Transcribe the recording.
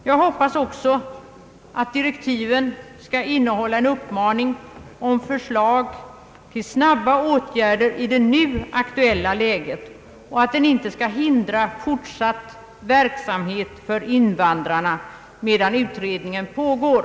Jag hoppas också att direktiven skall innehålla en uppmaning om förslag till snabbare åtgärder i det nu aktuella läget, och att de inte skall hindra fortsatt verksamhet till gagn för invandrarna medan utredningen pågår.